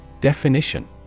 Definition